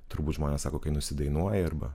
turbūt žmonės sako kai nusidainuoji arba